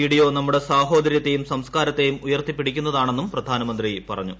video നമ്മുടെ സാഹോദര്യത്തെയും സംസ്ക്കാരത്തെയും ഉയർത്തിപ്പിടിക്കുന്നതാണെന്നും പ്രധാനമന്ത്രി പറഞ്ഞു